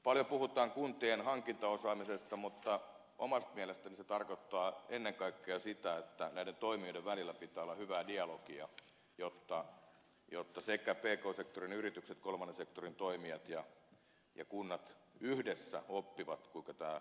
paljon puhutaan kuntien hankintaosaamisesta mutta omasta mielestäni se tarkoittaa ennen kaikkea sitä että näiden toimijoiden välillä pitää olla hyvää dialogia jotta sekä pk sektorin yritykset kolmannen sektorin toimijat että kunnat yhdessä oppivat kuinka tämä toimii